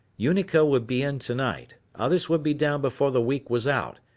unico would be in tonight, others would be down before the week was out.